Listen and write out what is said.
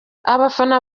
abafana